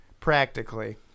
practically